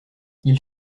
ils